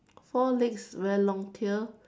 four legs very long tail